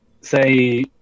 say